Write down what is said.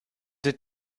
did